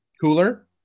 cooler